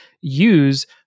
use